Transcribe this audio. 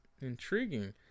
Intriguing